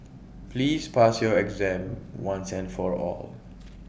please pass your exam once and for all